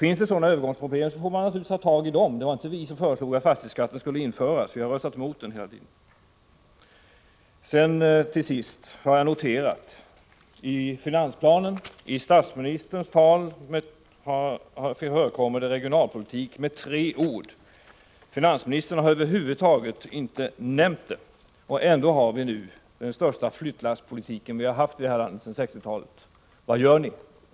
Finns det sådana övergångsproblem, får man naturligtvis gripa sig an dem. Det var inte vi som föreslog att fastighetsskatten skulle införas. Vi har hela tiden röstat emot den. Till sist. I finansplanen och i statsministerns tal nämndes regionalpolitiken med tre ord. Finansministern har för sin del över huvud taget inte nämnt den och ändå förs nu den största flyttlasspolitiken sedan 1960-talet. Vad gör ni?